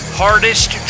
hardest